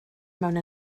mewn